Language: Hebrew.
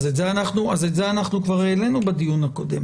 את זה אנחנו כבר העלינו בדיון הקודם.